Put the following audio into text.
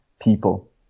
people